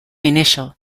initial